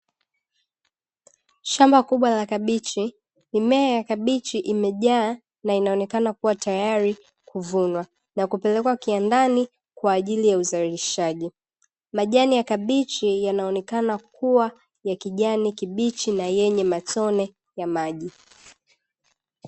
Shamba kubwa la kabichi mimea kabichi imejaa na inaonekana kuwa tayari kuvunwa, na kupelekwa kiwandani kwa ajili ya uzalishaji majani yakabichi yanaonekana kuwa ya kijani kibichi na yenye matone ya maji.